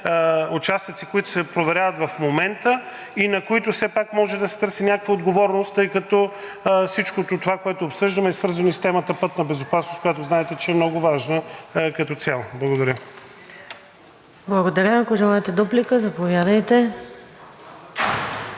участъци, които се проверяват в момента, и на които все пак може да се търси някаква отговорност, тъй като всичкото това, което обсъждаме, е свързано и с темата „Пътна безопасност“, която знаете, че е много важна като цяло. Благодаря. ПРЕДСЕДАТЕЛ НАДЕЖДА САМАРДЖИЕВА: Благодаря. Ако желаете дуплика? Заповядайте.